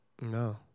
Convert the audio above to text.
no